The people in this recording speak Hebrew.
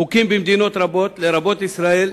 חוקים במדינות רבות, לרבות ישראל,